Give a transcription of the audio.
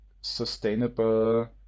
sustainable